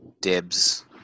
Deb's